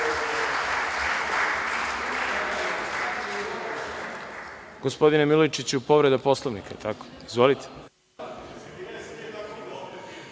Gospodine Milojičiću, povreda Poslovnika, jel tako? Izvolite.